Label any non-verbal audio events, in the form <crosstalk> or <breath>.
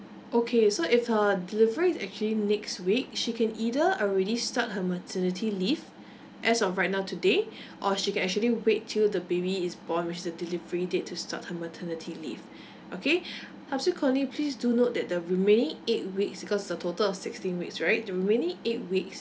okay so if her delivery is actually next week she can either already start her maternity leave as of right now today or she can actually wait till the baby is born with the delivery date to start her maternity leave okay <breath> subsequently please do note that the remaining eight weeks because the total of sixteen weeks right the remaining eight weeks